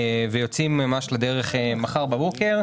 שיוצאים ממש מחר בבוקר,